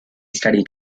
studied